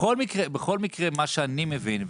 בכל מקרה מה שאני מבין,